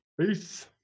Peace